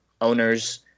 owners